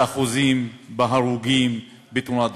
באחוזים, בהרוגים בתאונות דרכים.